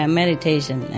meditation